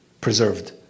preserved